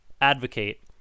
advocate